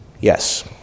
Yes